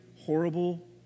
horrible